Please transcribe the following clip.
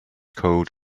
cold